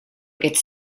gets